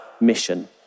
mission